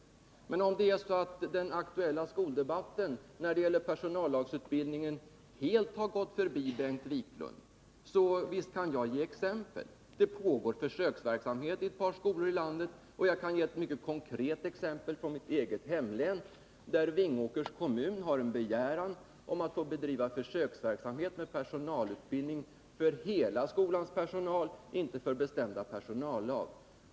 Men visst kan jag ge exempel, om det nu är så att den aktuella skoldebatten när det gäller personallagsutbildningen helt har gått förbi Bengt Wiklund. Det pågår försöksverksamhet i ett par skolor i landet. Jag kan ge ett mycket konkret exempel från mitt hemlän, där Vingåkers kommun har ingivit en begäran om att få bedriva försöksverksamhet med personalutbildning för hela skolans personal, inte för bestämda personallag.